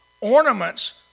Ornaments